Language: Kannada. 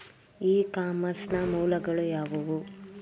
ಇ ಕಾಮರ್ಸ್ ನ ಮೂಲಗಳು ಯಾವುವು?